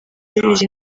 bibiri